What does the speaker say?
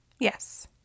Yes